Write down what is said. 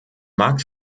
markt